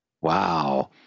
Wow